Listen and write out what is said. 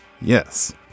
Yes